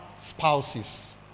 spouses